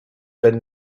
then